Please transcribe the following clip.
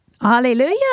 Hallelujah